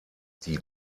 die